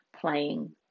playing